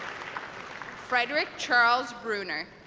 frederick charles bruner